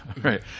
right